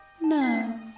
No